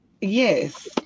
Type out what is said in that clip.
Yes